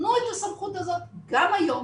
תנו את הסמכות הזאת גם היום